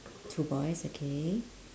two boys okay